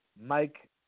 Mike